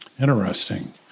interesting